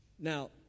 Now